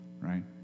right